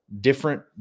different